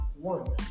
one